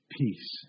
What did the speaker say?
Peace